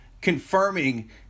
confirming